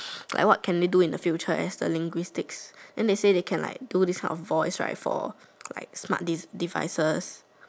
like what can they do in the future as a linguistics then they say they can like do these kind for like for like smart devices